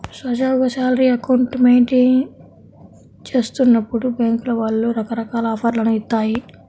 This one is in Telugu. సజావుగా శాలరీ అకౌంట్ మెయింటెయిన్ చేస్తున్నప్పుడు బ్యేంకుల వాళ్ళు రకరకాల ఆఫర్లను ఇత్తాయి